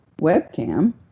webcam